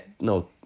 no